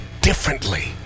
differently